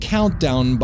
Countdown